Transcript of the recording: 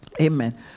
Amen